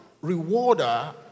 rewarder